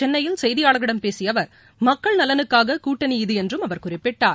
சென்னையில் செய்தியாளர்களிடம் பேசிய அவர் மக்கள் நலனுக்கான கூட்டணி இது என்றம் குறிப்பிட்டார்